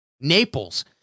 Naples